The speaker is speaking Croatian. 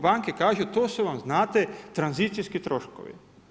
Banke kažu to su vam znate, tranzicijski troškovi.